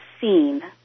seen